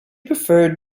preferred